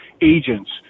agents